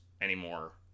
anymore